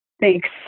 thanks